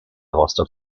rostock